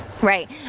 right